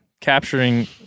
capturing